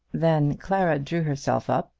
then clara drew herself up,